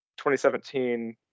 2017